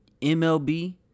MLB